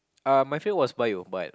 uh my favorite was Bio but